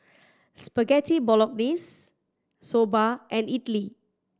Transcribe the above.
Spaghetti Bolognese Soba and Idili